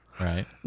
Right